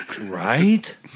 right